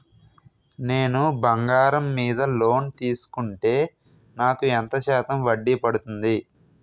నేను బంగారం మీద లోన్ తీసుకుంటే నాకు ఎంత శాతం వడ్డీ పడుతుంది?